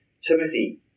Timothy